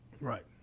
Right